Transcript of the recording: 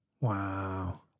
Wow